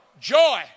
joy